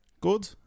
good